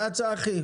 צחי,